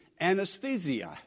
Anesthesia